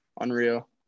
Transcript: unreal